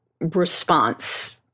response